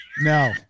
No